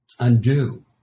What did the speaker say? Undo